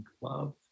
love